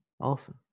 Awesome